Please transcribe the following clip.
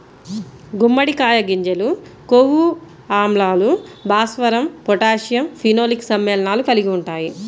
గుమ్మడికాయ గింజలు కొవ్వు ఆమ్లాలు, భాస్వరం, పొటాషియం, ఫినోలిక్ సమ్మేళనాలు కలిగి ఉంటాయి